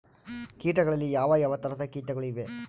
ಕೇಟಗಳಲ್ಲಿ ಯಾವ ಯಾವ ತರಹದ ಕೇಟಗಳು ಇವೆ?